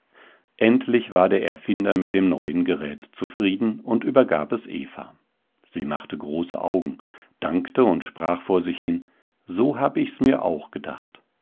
endlich war der erfinder mit dem neuen gerät zufrieden und übergab es eva sie machte große augen dankte und sprach vor sich hin so hab ich's mir auch gedacht